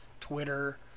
Twitter